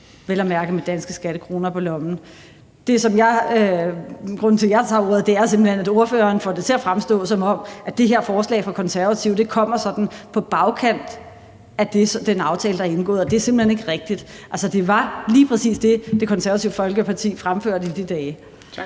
vel at mærke med danske skattekroner på lommen. Grunden til, at jeg tager ordet, er simpelt hen, at ordføreren får det til at fremstå, som om det her forslag fra Konservative kommer sådan på bagkant af den aftale, der er indgået, og det er simpelt hen ikke rigtigt. Det var lige præcis det, Det Konservative Folkeparti fremførte i de dage. Kl.